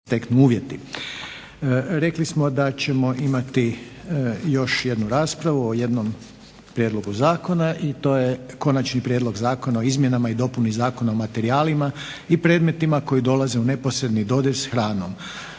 Rekli smo da ćemo imati još jednu raspravu o jednom prijedlogu zakona i to je - Konačni prijedlog zakona o izmjenama i dopuni Zakona o materijalima i predmetima koji dolaze u neposredan dodir s hranom,